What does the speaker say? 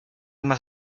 más